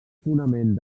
fonament